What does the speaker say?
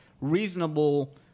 reasonable